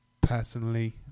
personally